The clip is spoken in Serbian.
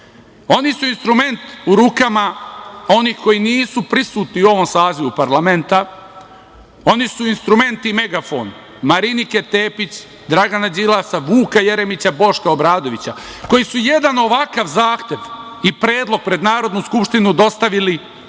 su instrument u rukama onih koji nisu prisutni u ovom sazivu parlamenta. Oni su instrument i megafon Marinike Tepić, Dragana Đilasa, Vuka Jeremića, Boška Obradovića koji su jedan ovakav zahtev i predlog pred Narodnu skupštinu dostavili pre